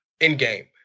Endgame